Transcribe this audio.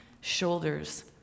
shoulders